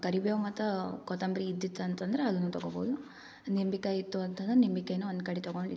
ಕರಿಬೇವು ಮತ್ತು ಕೊತಂಬ್ರಿ ಇದ್ದಿದ್ದು ಅಂತಂದ್ರೆ ಅದನ್ನು ತಗೋಬೋದು ನಿಂಬೆಕಾಯ್ ಇತ್ತು ಅಂತಂದ್ರೆ ನಿಂಬೆಕಾಯ್ನು ಒಂದು ಕಡೆ ತಗೊಂಡು ಇಟ್ಕೋಬೇಕು